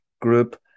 group